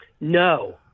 No